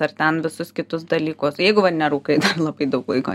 ar ten visus kitus dalykus jeigu va nerūkai labai daug laiko